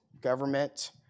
Government